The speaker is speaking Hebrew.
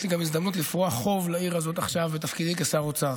יש לי גם הזדמנות לפרוע חוב לעיר הזאת עכשיו בתפקידי כשר אוצר.